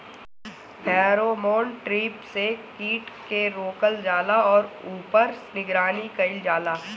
Pheromone trap से कीट के रोकल जाला और ऊपर निगरानी कइल जाला?